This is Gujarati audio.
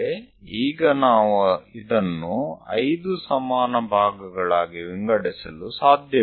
પરંતુ હવે આપણે આ પાંચ સમાન ભાગોમાં વહેંચી શકીએ નહીં